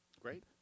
Great